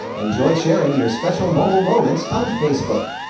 enjoy sharing your special mobile moments on facebook.